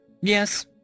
Yes